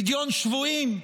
פדיון שבויים,